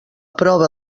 prova